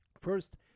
First